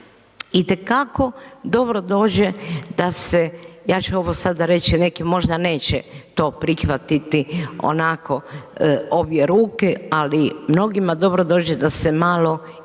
itekako dobro dođe da se, ja ću ovo sada reći, neki možda neće to prihvatiti onako obje ruke, ali mnogima dobro dođe da se malo i